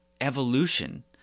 evolution